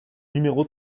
numéro